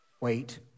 Wait